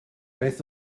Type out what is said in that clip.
beth